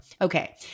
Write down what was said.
Okay